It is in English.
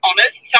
honest